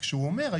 כשהוא אומר,